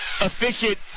efficient